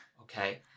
Okay